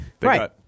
Right